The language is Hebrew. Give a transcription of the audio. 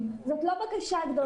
אם הוא מגדל פטם,